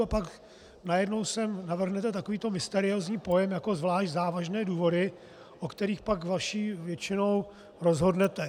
A pak najednou sem navrhnete takovýto mysteriózní pojem jako zvlášť závažné důvody, o kterých pak vaší většinou rozhodnete.